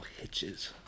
hitches